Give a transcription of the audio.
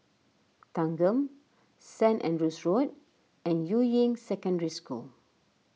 Thanggam Saint Andrew's Road and Yuying Secondary School